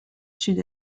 sud